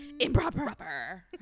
Improper